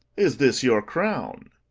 is this your crown?